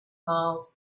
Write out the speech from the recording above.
miles